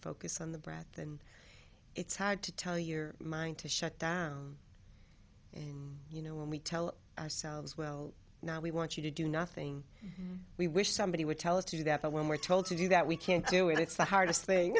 focus on the breath and it's hard to tell your mind to shut down in you know when we tell ourselves well now we want you to do nothing we wish somebody would tell us to do that but when we're told to do that we can't do it it's the hardest thing